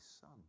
Son